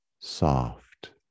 soft